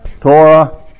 Torah